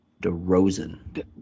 DeRozan